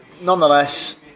nonetheless